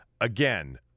Again